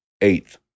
Eighth